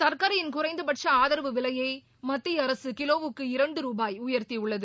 சாக்கரையின் குறைந்தபட்ச ஆதரவு விலையை மத்திய அரசு கிலோவுக்கு இரண்டு ருபாயை உயர்த்தியுள்ளது